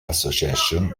association